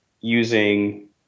using